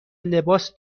لباس